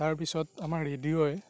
তাৰ পিছত আমাৰ ৰেডিঅ'ই